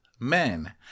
Men